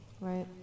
Right